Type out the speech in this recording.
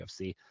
UFC